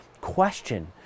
question